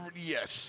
Yes